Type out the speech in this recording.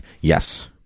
yes